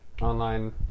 Online